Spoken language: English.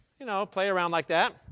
you know play around like that.